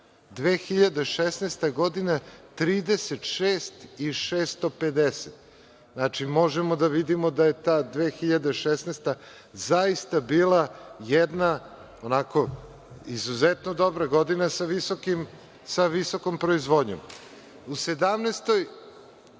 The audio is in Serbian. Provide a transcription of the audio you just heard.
2016. godina 36.650. Znači, možemo da vidimo da je ta 2016. godina zaista bila jedna onako izuzetno dobra godina sa visokom proizvodnjom. U 2017. godini,